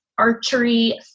archery